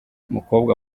umukobwa